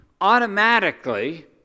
automatically